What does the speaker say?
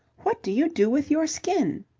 what do you do with your skin?